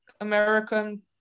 American